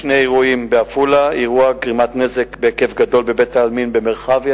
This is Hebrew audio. שני אירועים בעפולה ואירוע גרימת נזק בהיקף גדול בבית-העלמין במרחביה,